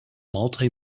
multi